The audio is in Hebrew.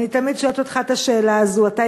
ואני תמיד שואלת אותך את השאלה הזאת.